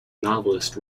novelist